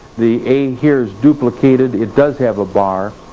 the a here is duplicated it does have a bar.